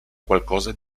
qualcosa